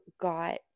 got